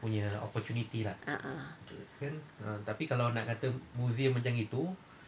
a'ah